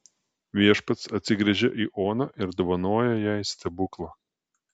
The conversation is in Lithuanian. viešpats atsigręžia į oną ir dovanoja jai stebuklą